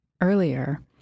earlier